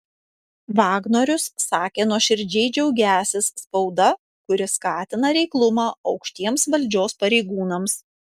vagnorius sakė nuoširdžiai džiaugiąsis spauda kuri skatina reiklumą aukštiems valdžios pareigūnams